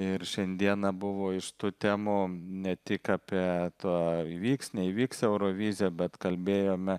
ir šiandieną buvo iš tų temų ne tik apie tą įvyks neįvyks eurovizija bet kalbėjome